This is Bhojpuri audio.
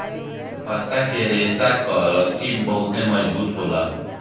पत्ता के रेशा कअ रस्सी बहुते मजबूत होला